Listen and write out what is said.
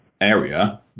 area